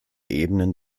ebenen